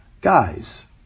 Guys